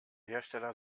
hersteller